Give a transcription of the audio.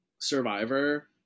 survivor